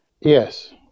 Yes